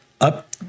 up